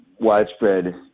widespread